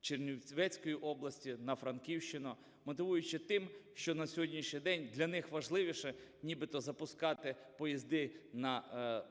Чернівецької області, на Франківщину, мотивуючи тим, що на сьогоднішній день для них важливіше нібито запускати поїзди на